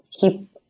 keep